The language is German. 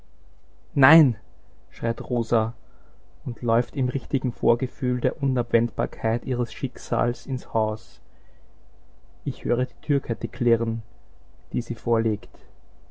nein schreit rosa und läuft im richtigen vorgefühl der unabwendbarkeit ihres schicksals ins haus ich höre die türkette klirren die sie vorlegt